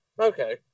Okay